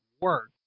work